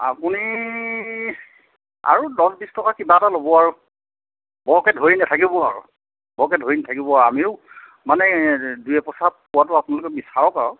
আপুনি আৰু দহ বিছ টকা কিবা এটা ল'ব আৰু বৰকৈ ধৰি নাথকিব আৰু বৰকৈ নাথাকিব আৰু আমিও মানে দুই এপইচা পোৱাটো আপোনালোকে বিচাৰক আৰু